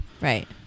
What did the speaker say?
Right